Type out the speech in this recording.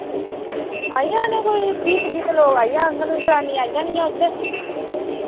आई जाने कोई बीह् त्रीह् ते लोक आई जांङन जनानियां आई जानियां उद्धऱ